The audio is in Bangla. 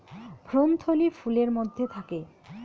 ভ্রূণথলি ফুলের মধ্যে থাকে